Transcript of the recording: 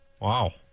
Wow